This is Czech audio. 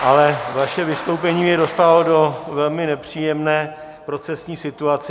Vaše vystoupení mě ale dostalo do velmi nepříjemné procesní situace.